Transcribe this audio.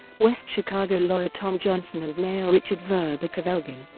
west chicago lawyer tom johnson and mayor richard verbic of elgin.